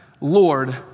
Lord